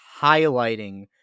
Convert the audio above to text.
highlighting